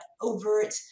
overt